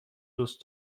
دوست